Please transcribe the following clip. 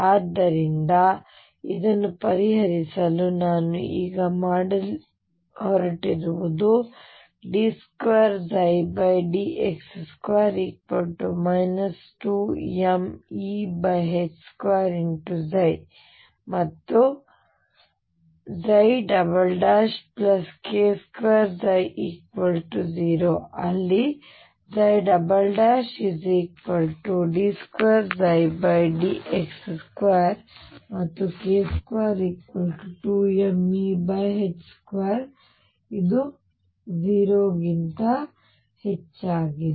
ಆದ್ದರಿಂದ ಇದನ್ನು ಪರಿಹರಿಸಲು ನಾನು ಈಗ ಮಾಡಲು ಹೊರಟಿರುವುದು d2dx2 2mE2 ಮತ್ತು ಆದ್ದರಿಂದ k2ψ0 ಅಲ್ಲಿ d2dx2 ಮತ್ತು k22mE2 ಇದು 0 ಗಿಂತ ಹೆಚ್ಚಾಗಿದೆ